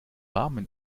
rahmen